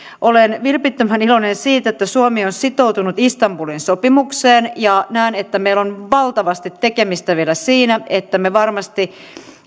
olen vilpittömän iloinen siitä että suomi on sitoutunut istanbulin sopimukseen ja näen että meillä on valtavasti tekemistä vielä siinä että me varmasti